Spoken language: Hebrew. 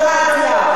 מדובר פה